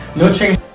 no change